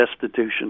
destitution